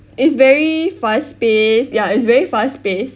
it's very fast paced ya it's very fast paced